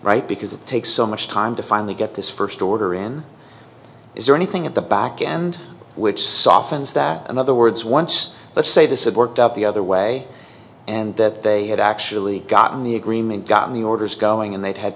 right because it takes so much time to finally get this first order in is there anything at the back end which softens that in other words once let's say this it worked out the other way and that they had actually gotten the agreement gotten the orders going and they've had